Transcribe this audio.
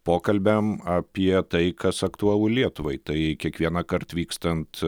pokalbiam apie tai kas aktualu lietuvai tai kiekvienąkart vykstant